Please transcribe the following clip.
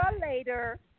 later